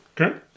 Okay